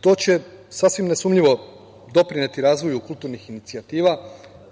To će, sasvim nesumnjivo, doprineti razvoju kulturnih inicijativa,